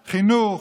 חינוך,